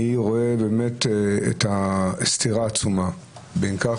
אני רואה באמת את הסתירה העצומה בין כך